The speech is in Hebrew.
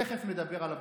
תכף נדבר על הבושה.